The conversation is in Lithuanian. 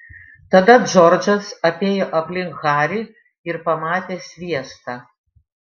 tada džordžas apėjo aplink harį ir pamatė sviestą